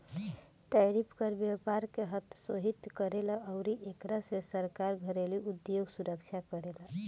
tariff कर व्यपार के हतोत्साहित करेला अउरी एकरा से सरकार घरेलु उधोग सुरक्षा करेला